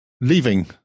Leaving